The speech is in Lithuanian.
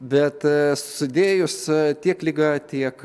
bet sudėjus tiek ligą tiek